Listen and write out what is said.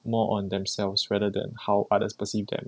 more on themselves rather than how others perceive them